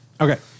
Okay